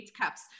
cups